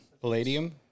Palladium